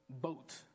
boat